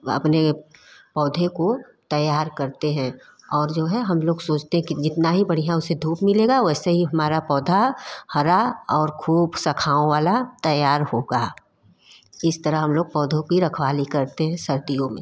अपने पौधे को तैयार करते है और जो है हम लोग सोचते है जितना ही बढ़िया उसे धूप मिलेगा वैसे ही हमारा पौधा हरा और खूब शाखाओं वाला तैयार होगा इस तरह हम लोग पौधों की रखवाली करते है सर्दियों में